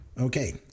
Okay